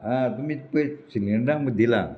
आं तुमी पयर सिलिंडर आमकां दिला